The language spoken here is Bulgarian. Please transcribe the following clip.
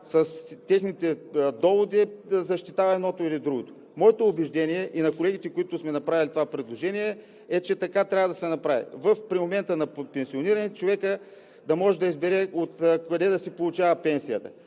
с техните доводи защитава едното или другото. Моето убеждение, и на колегите, които сме направили това предложение, е, че така трябва да се направи – в момента на пенсиониране човекът да може да избере откъде да си получава пенсията.